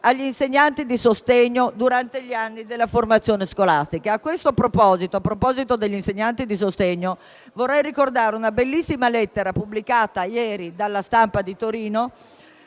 agli insegnanti di sostegno durante gli anni della formazione scolastica. A proposito degli insegnanti di sostegno, vorrei ricordare una bellissima lettera pubblicata ieri da «La Stampa» di Torino,